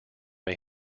may